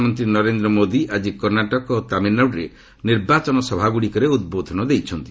ପ୍ରଧାନମନ୍ତ୍ରୀ ନରେନ୍ଦ୍ର ମୋଦି ଆଜି କର୍ଷ୍ଣାଟକ ଓ ତାମିଲ୍ନାଡ଼ୁରେ ନିର୍ବାଚନ ସଭାଗୁଡ଼ିକରେ ଉଦ୍ବୋଧନ ଦେଇଛନ୍ତି